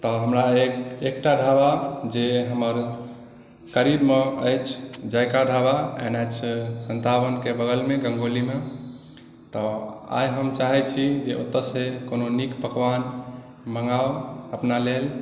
तऽ हमरा एक एकटा ढाबा जे हमर करीबमे अछि जायका ढाबा एनाहितसँ सन्ताओनके बगलमे गङ्गोलीमे तऽ आइ हम चाहैत छी जे ओतऽ से कोनो नीक पकवान मनगाउँ अपना लेल